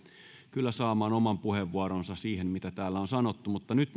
kyllä saamaan oman puheenvuoronsa siihen mitä täällä on sanottu mutta nyt